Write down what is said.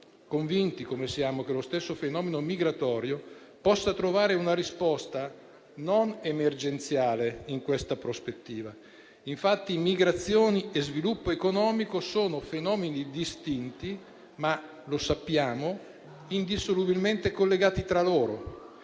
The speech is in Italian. convinti come siamo che lo stesso fenomeno migratorio possa trovare una risposta non emergenziale in questa prospettiva. Infatti, migrazioni e sviluppo economico sono fenomeni distinti, ma - come sappiamo - indissolubilmente collegati tra loro.